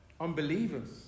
unbelievers